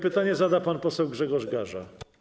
Pytanie zada pan poseł Grzegorz Gaża.